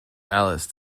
alice